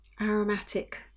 aromatic